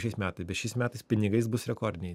šiais metai bet šiais metais pinigais bus rekordiniai